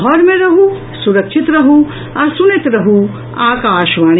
घर मे रहू सुरक्षित रहू आ सुनैत रहू आकाशवाणी